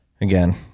again